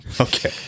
okay